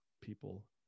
people